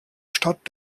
starrt